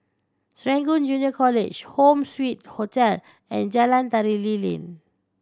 Serangoon Junior College Home Suite Hotel and Jalan Tari Lilin